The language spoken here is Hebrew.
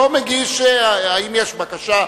פה מגישים בקשה,